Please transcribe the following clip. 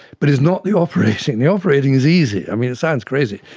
but it's not the operating, the operating is easy. i mean, it sounds crazy,